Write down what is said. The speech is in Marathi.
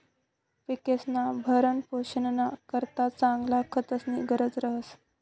पिकेस्ना भरणपोषणना करता चांगला खतस्नी गरज रहास